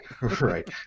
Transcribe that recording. Right